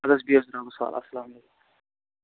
اَدٕ حظ بِہِو حظ رۄبس حَوال اَسَلام علیکُم